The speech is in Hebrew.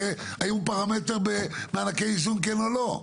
האם הוא פרמטר במענקי איזון כן או לא?